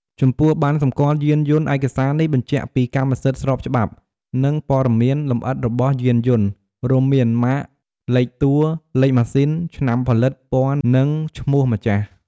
ចំពោះ ប័ណ្ណសម្គាល់យានយន្ត ឯកសារនេះបញ្ជាក់ពី កម្មសិទ្ធិស្របច្បាប់ និងព័ត៌មានលម្អិតរបស់យានយន្ត រួមមាន ម៉ាក លេខតួ លេខម៉ាស៊ីន ឆ្នាំផលិត ពណ៌ និងឈ្មោះម្ចាស់។